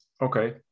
Okay